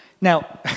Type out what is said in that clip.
Now